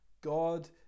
God